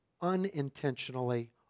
unintentionally